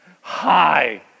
hi